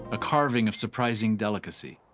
a carving of suprising delicacy,